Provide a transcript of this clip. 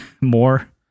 more